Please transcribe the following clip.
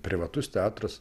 privatus teatras